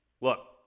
look